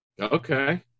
Okay